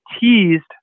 teased